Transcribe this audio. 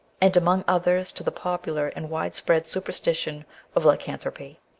and among others to the popular and wide-spread superstition of lycanthropy.